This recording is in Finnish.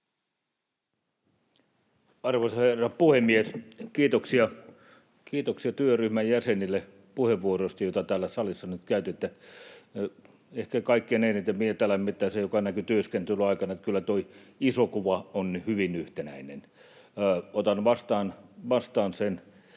Arvoisa herra puhemies! Kiitoksia työryhmän jäsenille puheenvuoroista, joita täällä salissa nyt käytitte. Ehkä kaikkein eniten mieltä lämmittää se, joka näkyi työskentelyn aikana, että kyllä tuo iso kuva on hyvin yhtenäinen. Otan vastaan sen